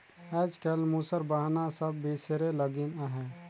आएज काएल मूसर बहना सब बिसरे लगिन अहे